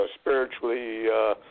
Spiritually